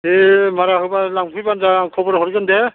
दे मारा होबा लांफैबानो जाबाय आं खबर हरगोन दे